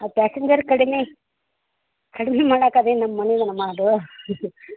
ಹಾಂ ಪ್ಯಾಸೆಂಜರ್ ಕಡಿಮೆ ಕಡಿಮೆ ಮಾಡಕ್ಕೆ ಅದೇನು ನಮ್ಮ ಮನೇದನಮ್ಮ ಅದು